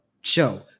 show